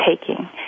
taking